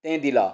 तें दिला